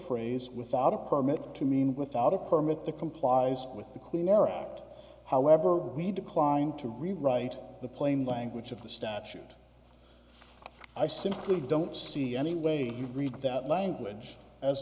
phrase without a permit to mean without a permit the complies with the queen are out however we declined to rewrite the plain language of the statute i simply don't see any way you read that language as